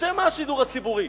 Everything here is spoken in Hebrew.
לשם מה השידור הציבורי?